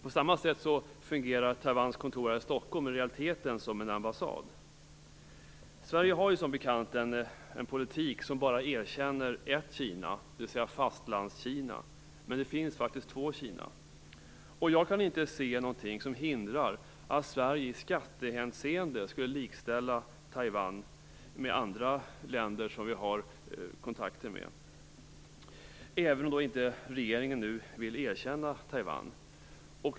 På samma sätt fungerar Taiwans kontor här i Stockholm i realiteten som en ambassad. Sverige har som bekant en politik som bara erkänner ett Kina, dvs. Fastlands-Kina. Men det finns faktiskt två Kina. Jag kan inte se något hinder för att Sverige i skattehänseende likställer Taiwan med andra länder som vi har kontakter med, även om regeringen inte vill erkänna Taiwan.